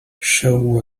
show